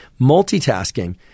multitasking